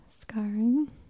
scarring